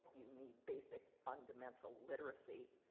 you need basic fundamental literacy,